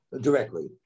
directly